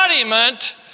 embodiment